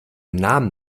namen